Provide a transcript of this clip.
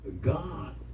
God